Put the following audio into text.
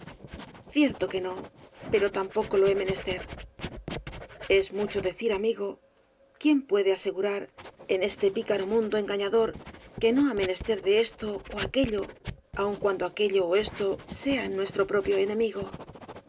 cierto que no pero tampoco lo he menester es mucho decir amigo quién puede asegurar en este picaro mundo engañador que no ha menester de esto ó aquello aun cuando aquello ó esto sean nuestro propio enemigo